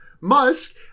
Musk